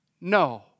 No